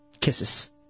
Kisses